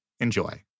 Enjoy